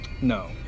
No